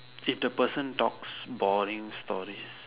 if the person talks boring stories